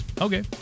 okay